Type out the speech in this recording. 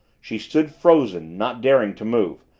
she stood frozen, not daring to move,